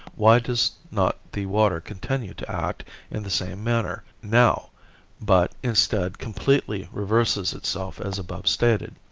why does not the water continue to act in the same manner now but, instead, completely reverses itself as above stated?